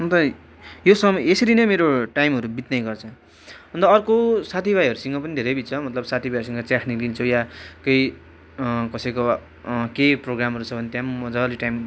अन्त यो समय यसरी नै मेरो टाइमहरू बित्ने गर्छ अन्त अर्को साथीभाइहरूसँग पनि धेरै बित्छ मतलब साथीभाइहरूसँग चिया खाने निक्लिन्छु या केही कसैको कही प्रोग्रामहरू छ भने त्यहाँ पनि मजाले टाइम